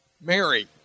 Mary